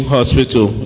Hospital